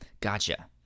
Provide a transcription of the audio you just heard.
Gotcha